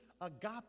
agape